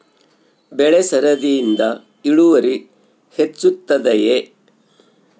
ಬೆಳೆ ಸರದಿಯಿಂದ ಇಳುವರಿ ಹೆಚ್ಚುತ್ತದೆಯೇ?